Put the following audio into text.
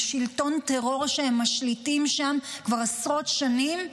ושלטון טרור שהם משליטים שם כבר עשרות שנים.